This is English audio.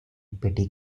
petty